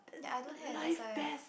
ya I don't have that's why